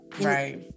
right